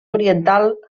oriental